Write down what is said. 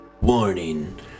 Warning